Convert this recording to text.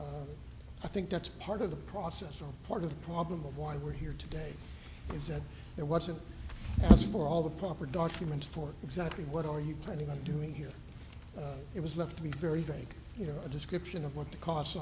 only i think that's part of the process or part of the problem of why we're here today is that there was a house for all the proper documents for exactly what are you planning on doing here it was enough to be very day you know a description of what the costs